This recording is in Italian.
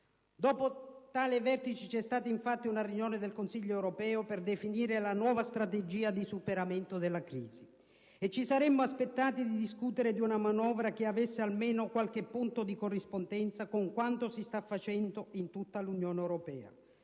Dopo tale vertice c'è stata, infatti, una riunione del Consiglio europeo per definire la nuova strategia di superamento della crisi. Ci saremmo aspettati di discutere di una manovra che avesse almeno qualche punto di corrispondenza con quanto si sta facendo in tutta l'Unione europea.